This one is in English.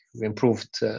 improved